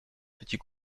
petits